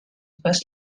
best